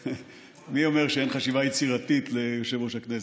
מי אומר שאין חשיבה יצירתית ליושב-ראש הכנסת?